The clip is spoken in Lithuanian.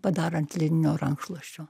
padarant lininio rankšluosčio